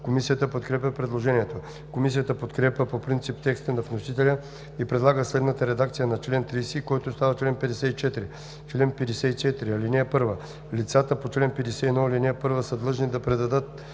Комисията подкрепя предложението. Комисията подкрепя по принцип текста на вносителя и предлага следната редакция на чл. 30, който става чл. 54: „Чл. 54. (1) Лицата по чл. 51, ал. 1 са длъжни да предадат